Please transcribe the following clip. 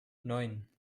neun